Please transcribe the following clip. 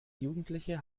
jugendliche